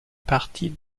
partie